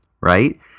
right